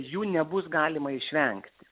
jų nebus galima išvengti